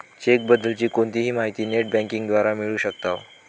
check बद्दल ची कोणतीही माहिती नेट बँकिंग द्वारा मिळू शकताव